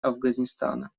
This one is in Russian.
афганистана